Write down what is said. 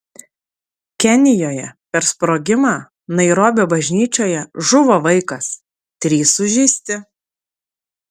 kenijoje per sprogimą nairobio bažnyčioje žuvo vaikas trys sužeisti